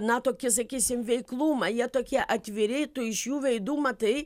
na tokį sakysim veiklumą jie tokie atviri tu iš jų veidų matai